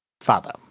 father